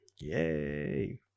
yay